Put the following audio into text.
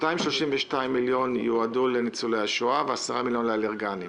232 מיליון נועדו לניצולי השואה ו-10 מיליון לאלרגים.